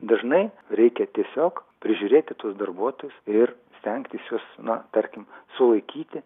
dažnai reikia tiesiog prižiūrėti tuos darbuotojus ir stengtis juos na tarkim sulaikyti